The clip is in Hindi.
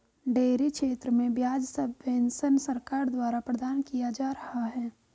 डेयरी क्षेत्र में ब्याज सब्वेंशन सरकार द्वारा प्रदान किया जा रहा है